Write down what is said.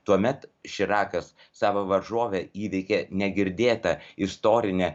tuomet širakas savo varžovę įveikė negirdėta istorine